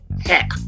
heck